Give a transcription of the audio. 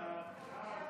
ההצעה